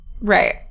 Right